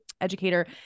educator